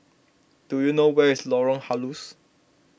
do you know where is Lorong Halus